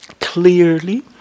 clearly